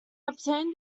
obtained